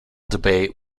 debate